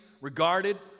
regarded